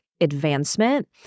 advancement